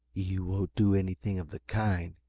you won't do anything of the kind,